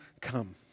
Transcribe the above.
come